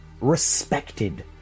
Respected